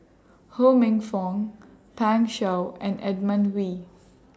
Ho Minfong Pan Shou and Edmund Wee